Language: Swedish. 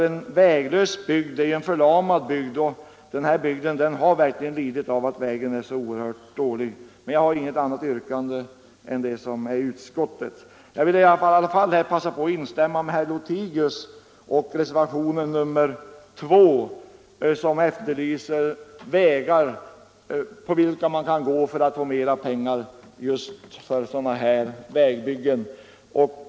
En väglös bygd är en förlamad bygd, och den här bygden har verkligen lidit av att vägen är så dålig. Jag har dock inget annat yrkande än utskottets. Jag vill emellertid passa på tillfället att instämma med herr Lothigius i reservationen 2, som efterlyser metoder för att få mera pengar för sådana här vägbyggen.